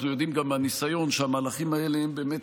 אנחנו יודעים גם מהניסיון שהמהלכים האלה הם באמת